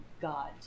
God